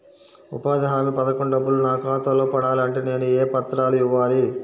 ఉపాధి హామీ పథకం డబ్బులు నా ఖాతాలో పడాలి అంటే నేను ఏ పత్రాలు ఇవ్వాలి?